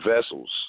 vessels